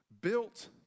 built